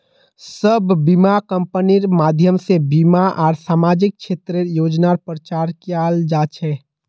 सब बीमा कम्पनिर माध्यम से बीमा आर सामाजिक क्षेत्रेर योजनार प्रचार कियाल जा छे